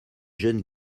jeune